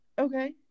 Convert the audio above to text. Okay